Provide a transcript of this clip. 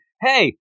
hey